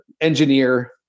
engineer